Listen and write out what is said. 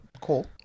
Cool